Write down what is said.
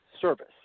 service